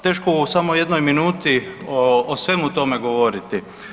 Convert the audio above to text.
Teško je samo u jednoj minuti o svemu tome govoriti.